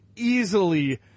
easily